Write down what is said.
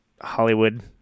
Hollywood